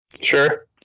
Sure